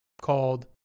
called